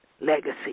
legacy